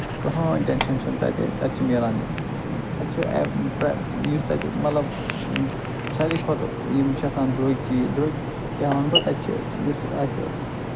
کٔہینٛۍ tension چھُنہٕ تَتہِ تَتہِ چھُ میلان تَتہِ چھُ یُس تَتہِ مطلب سارِوٕے کھۄتہٕ یِم چھِ آسان درٛۅگۍ چیٖز درٛۅگۍ کیٛاہ وَنہٕ بہٕ تَتہِ چھُ یُس اَسہِ